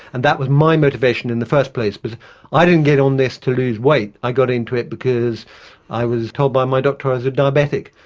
and that was my motivation in the first place because but i didn't get on this to lose weight i got into it because i was told by my doctor i was a diabetic,